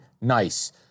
nice